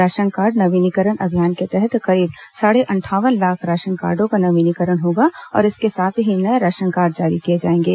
ration card नवीनीकरण अभियान के तहत करीब साढ़े अंठावन लाख राशन कार्डो का नवीनीकरण होगा और इसके साथ ही नए राशन कार्ड जारी किए जाएंगे